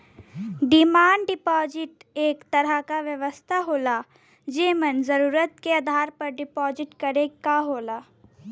demand deposit एक तरह क व्यवस्था होला जेमन जरुरत के आधार पर डिपाजिट करे क होला